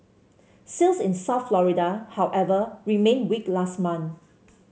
sales in South Florida however remained weak last month